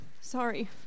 sorry